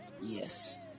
Yes